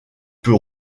peut